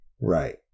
right